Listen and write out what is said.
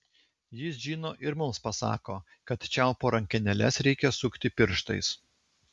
jis žino ir mums pasako kad čiaupo rankenėles reikia sukti pirštais